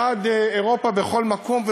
מסין ועד אירופה בכל מקום,